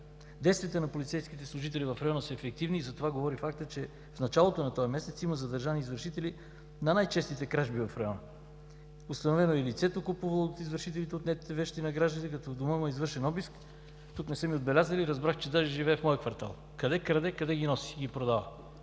Действията на полицейските служители в района са ефективни и за това говори фактът, че в началото на този месец има задържани извършители на най-честите кражби в района. Установено е и лицето, купувало от извършителите отнетите вещи на гражданите, като в дома му е извършен обиск. Тук не са ми отбелязали – разбрах, че даже живее в моя квартал. Къде краде – къде ги носи и ги продава.